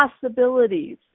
possibilities